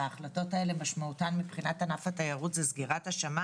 ומשמעותן של ההחלטות האלה לענף התיירות היא סגירת השמים